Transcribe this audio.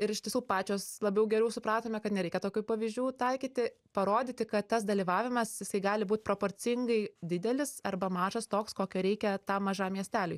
ir iš tiesų pačios labiau geriau supratome kad nereikia tokių pavyzdžių taikyti parodyti kad tas dalyvavimas jisai gali būt proporcingai didelis arba mažas toks kokio reikia tam mažam miesteliui